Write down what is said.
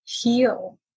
heal